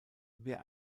wer